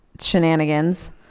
shenanigans